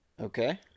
Okay